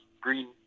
green